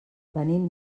venim